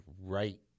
right